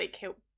help